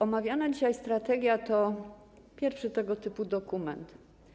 Omawiana dzisiaj strategia to pierwszy tego typu dokument.